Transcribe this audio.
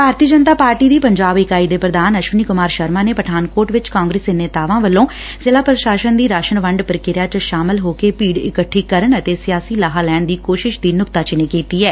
ਭਾਰਤੀ Janata party ਦੀ ਪੰਜਾਬ ਇਕਾਈ ਦੇ ਪੁਧਾਨ ਅਸ਼ਵਨੀ ਕੁਮਾਰ ਸ਼ਰਮਾ ਨੇ ਪਠਾਨਕੋਟ ਵਿਚ ਕਾਂਗਰਸੀ ਨੇਤਾਵਾਂ ਵੱਲੋਂ ਜ਼ਿਲਾ ਪੁਸ਼ਾਸਨ ਦੀ ਰਾਸਨ ਵੰਡ ਪੁਕਿਰਿਆ ਚ ਸ਼ਾਮਲ ਹੋ ਕੇ ਭੀੜ ਇਕੱਠੀ ਕਰਨ ਅਤੇ ਸਿਆਸੀ ਲਾਹਾ ਲੈਣ ਦੀ ਕੋਸ਼ਿਸ਼ ਦੀ ਨੁਕੱਤਾਚੀਨੀ ਕੀਤੀ ਐ